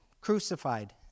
crucified